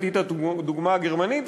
הבאתי את הדוגמה הגרמנית,